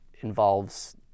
involves